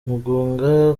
muganga